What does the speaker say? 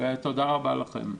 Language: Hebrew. תודה רבה לכם.